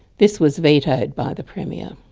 this was vetoed by the premier.